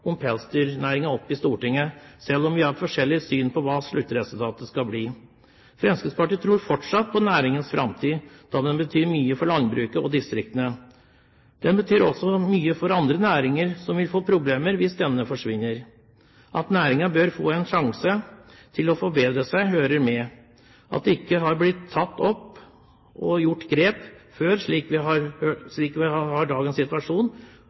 om pelsdyrnæringen opp i Stortinget, selv om vi har forskjellige syn på hva sluttresultatet skal bli. Fremskrittspartiet tror fortsatt på næringens framtid, da den betyr mye for landbruket og distriktene. Den betyr mye også for andre næringer som vil få problemer hvis denne forsvinner. At næringen bør få en sjanse til å forbedre seg, hører med. At det ikke har blitt tatt opp og gjort grep før – slik at vi har